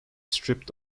stripped